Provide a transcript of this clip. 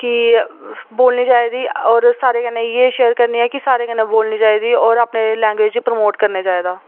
कि बोलनी चाहि्दी होर सारे कन्नै इ'यै शेयर करनेआं कि सारे कन्नै बोलनी चाहि्दी होर अपनी लैंग्वेज़ प्रमोट करना चाहि्दा